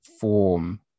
form